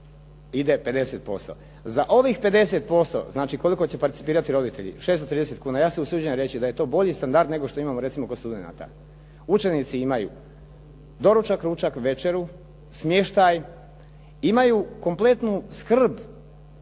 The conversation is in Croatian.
ide 50%. Za ovih 50%, znači koliko će participirati roditelji, 630 kuna, ja se usuđujem reći da je to bolji standard nego što imamo recimo kod studenata. Učenici imaju doručak, ručak, večeru, smještaj, imaju kompletnu skrb,